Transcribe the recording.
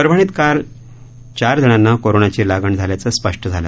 परभणीत काल चार जणांना कोरोनाची लागण झाल्याचं स्पष्ट झालं